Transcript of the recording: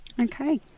Okay